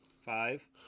five